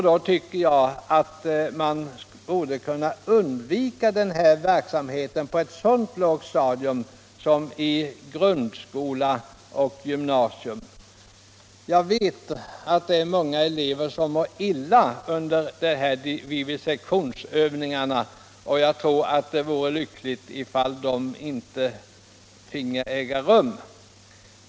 Då borde man kunna undvika den här verksamheten på så lågt stadium som i grundskola och gymnasium. Jag vet att det är många elever som mår illa under dissektionsövningar, och jag tror att det vore lyckligt om sådana övningar inte fick äga rum.